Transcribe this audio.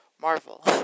Marvel